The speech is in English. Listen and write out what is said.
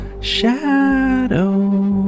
shadow